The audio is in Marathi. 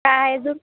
काय अजून